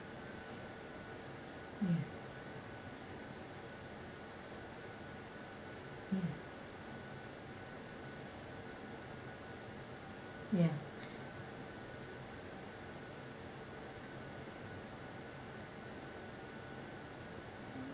ya ya ya